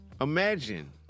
imagine